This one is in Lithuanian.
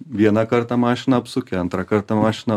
vieną kartą mašiną apsukę antrą kartą mašiną